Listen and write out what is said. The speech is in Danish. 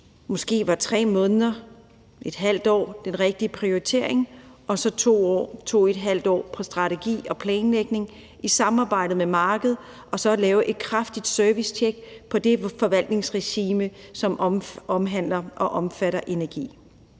måske var 3 måneder eller ½ år den rigtige prioritering, og så kunne man bruge 2-2½ år på strategi og planlægning i samarbejde med markedet og så at lave et kraftigt servicetjek af det forvaltningsregime, som omhandler og omfatter energi.